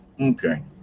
Okay